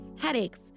headaches